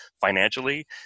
financially